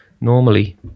Normally